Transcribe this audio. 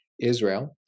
Israel